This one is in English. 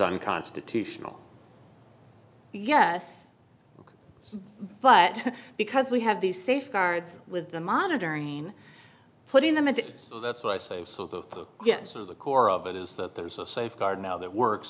unconstitutional yes but because we have these safeguards with the monitoring put in them and so that's why i say sort of yes so the core of it is that there's a safeguard now that works